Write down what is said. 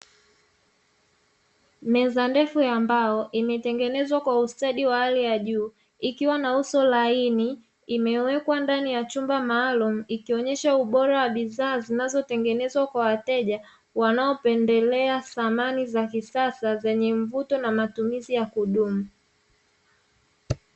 Meza ndefu ya mbao imetengenezwa kwa ustadi wa hali ya juu ikiwa na uso laini imewekwa ndani ya chumba maalumu, ikionyesha ubora wa bidhaa zinazotengenezwa kwa wateja wanaopendelea samani za kisasa zenye mvuto na matumizi ya kudumu.